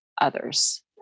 others